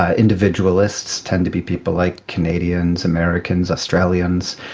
ah individualists tend to be people like canadians, americans, australians.